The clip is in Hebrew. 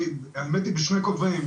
אני נמצא בשני כובעים,